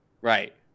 Right